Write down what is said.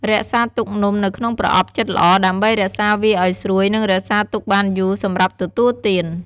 រក្សាទុកនំនៅក្នុងប្រអប់ជិតល្អ ដើម្បីរក្សាវាឱ្យស្រួយ និងរក្សាទុកបានយូរសម្រាប់ទទួលទាន។